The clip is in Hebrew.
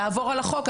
לעבור על החוק,